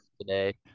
today